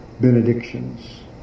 benedictions